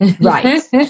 right